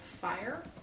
fire